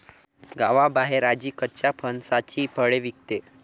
गावाबाहेर आजी कच्च्या फणसाची फळे विकते